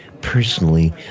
personally